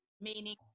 meaning